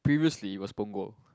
previously was Punggol